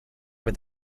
with